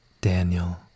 Daniel